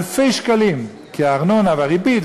אלפי שקלים של הארנונה והריבית,